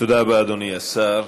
תודה רבה, אדוני השר.